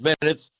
minutes